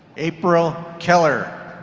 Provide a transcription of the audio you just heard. april keller